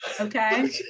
okay